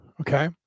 okay